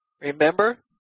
Remember